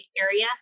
area